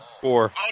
Four